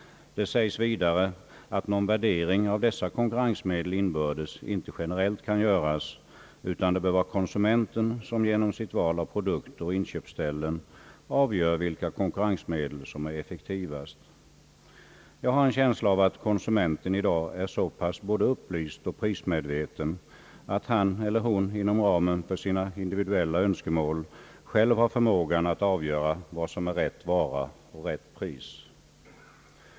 Det sägs vidare att någon värdering av dessa konkurrensmedel inbördes inte generellt kan göras utan att det bör vara konsumenten som £fenrom sitt val av produkter och inköpsställen avgör vilka konkurrensmedel som är effektivast. Jag har en känsla av att konsumenten i dag är så pass både upplyst och prismedveten, att han eller hon inom ramen för sina individuella önskemål själv har förmågan att avgöra vad som är rätt vara och rätt pris.